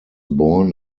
born